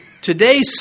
today's